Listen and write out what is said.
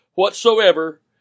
whatsoever